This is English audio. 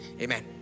Amen